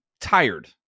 tired